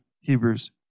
Hebrews